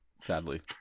sadly